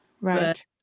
right